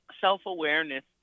self-awareness